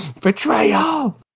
Betrayal